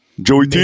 Joey